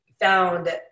found